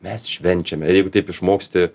mes švenčiame jeigu taip išmoksti